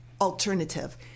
alternative